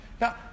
Now